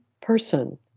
person